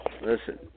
Listen